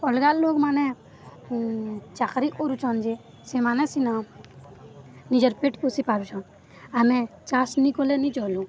ଅଲଗା ଲୋକମାନେ ଚାକିରୀ କରୁଛନ୍ ଯେ ସେମାନେ ସିନା ନିଜର୍ ପେଟ୍ ପୋଷି ପାରୁଛନ୍ ଆମେ ଚାଷ ନାଇଁ କଲେ ନାଇଁ ଚଲୁ